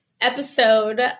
episode